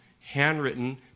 handwritten